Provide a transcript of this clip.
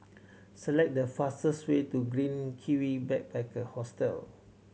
select the fastest way to Green Kiwi Backpacker Hostel